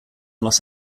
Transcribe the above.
los